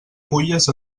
fulles